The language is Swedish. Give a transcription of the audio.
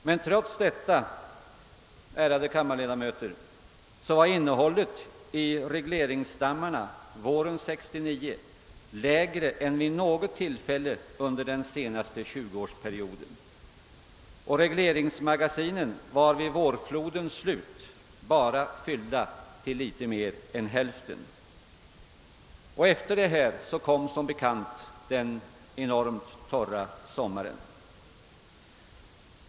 Men trots detta var innehållet i regleringsdammarna våren 1969 lägre än vid något tillfälle under den senaste 20-årsperioden, och regleringsmagasinen var vid vårflodens slut bara fyllda till litet mer än hälften. Och efter detta kom som bekant den enormt torra sommaren.